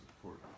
support